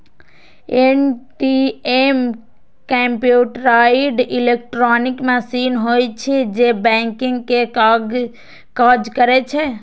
ATM computerised electronic machine होइ छै, जे बैंकिंग के काज करै छै